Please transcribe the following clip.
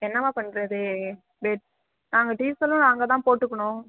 என்னம்மா பண்ணுறது பெட் நாங்கள் டீசலும் நாங்கள் தான் போட்டுக்கணும்